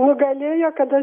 nugalėjo kada